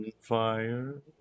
fire